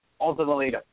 ultimately